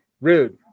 Rude